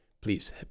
please